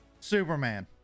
Superman